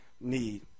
need